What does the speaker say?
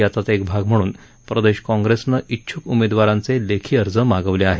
याचाच एक भाग म्हणून प्रदेश काँग्रेसनं इच्छूक उमेदवारांचे लेखी अर्ज मागवले आहेत